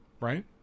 right